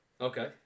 Okay